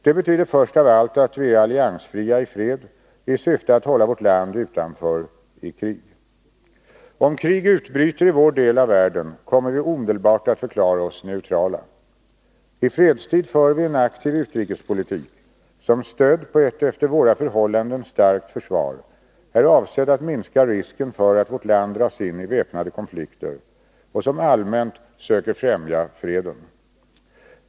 Det betyder först av allt att vi är alliansfria i fred i syfte att hålla vårt land utanför krig. Om krig utbryter i vår del av världen, kommer vi omedelbart att förklara oss neutrala. I fredstid för vi en aktiv utrikespolitik som, stödd på ett efter våra förhållanden starkt försvar, är avsedd att minska risken för att vårt land dras in i väpnade konflikter och som allmänt söker främja freden.